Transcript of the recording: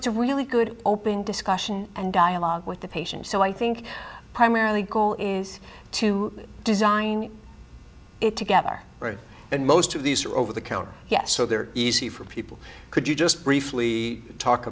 it's a really good open discussion and dialogue with the patient so i think primarily goal is to design it together and most of these are over the counter yet so they're easy for people could you just briefly talk